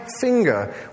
finger